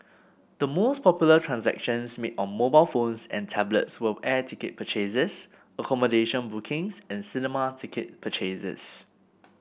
the most popular transactions made on mobile phones and tablets were air ticket purchases accommodation bookings and cinema ticket purchases